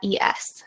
es